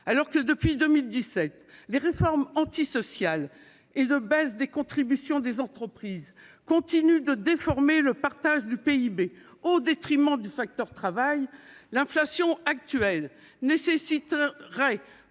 Alors que, depuis 2017, les réformes antisociales et les baisses des contributions des entreprises continuent de déformer le partage du PIB au détriment du facteur travail, l'inflation actuelle nécessiterait,